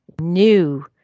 new